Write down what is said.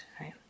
right